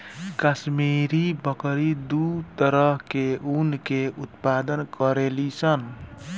काश्मीरी बकरी दू तरह के ऊन के उत्पादन करेली सन